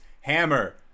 hammer